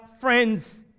friends